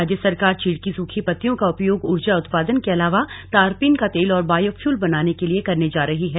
राज्य सरकार चीड़ की सुखी पत्तियों का उपयोग ऊर्जा उत्पादन के अलावा तारपीन का तेल और बायोफ्यूल बनाने के लिए करने जा रही है